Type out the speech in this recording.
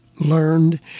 learned